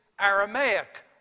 Aramaic